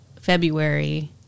February